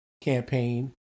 campaign